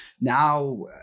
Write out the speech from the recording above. now